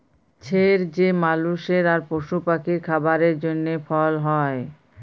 ছের যে মালুসের আর পশু পাখির খাবারের জ্যনহে ফল হ্যয়